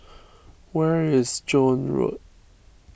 where is Joan Road